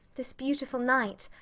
this beautiful night.